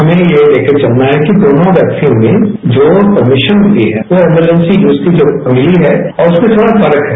हमें ये लेके चलना है कि दोनों वैक्सीन में जो परमिशन मिली है वो इमरजेन्सी डॉज की जो मिली है और उसमें थोड़ा फर्क है